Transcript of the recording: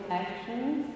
actions